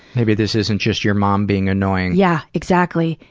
maybe this isn't just your mom being annoying. yeah, exactly.